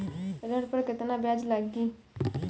ऋण पर केतना ब्याज लगी?